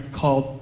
called